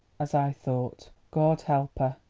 as i thought. goad help her!